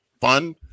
fun